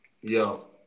Yo